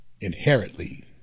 inherently